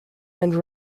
and